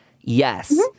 Yes